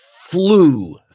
flew